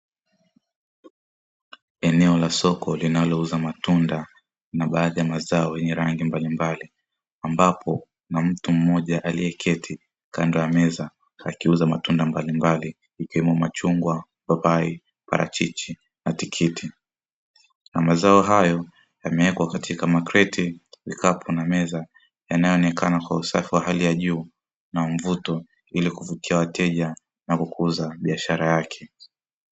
Eneo la soko linalouza matunda na baadhi ya mazao yenye rangi mbalimbali ambapo na mtu mmoja aliyeketi kando ya meza akiuza matunda mbalimbali ikiwemo machungwa, papai, parachichi na tikiti na mazao hayo yamewekwa katika makreti na kikapu na meza yanayoonekana kwa usafi wa hali ya juu na mvuto ili kuvutia wateja na kukuza biashara yake.